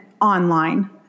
online